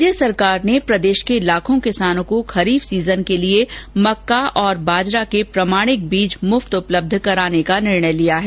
राज्य सरकार ने प्रदेश के लाखों किसानों को खरीफ सीजन के लिए मक्का और बाजरा के प्रमाणिक बीज मुफ्त उपलब्ध कराने का निर्णय लिया है